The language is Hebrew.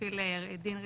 להפעיל דין רציפות,